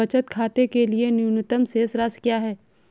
बचत खाते के लिए न्यूनतम शेष राशि क्या है?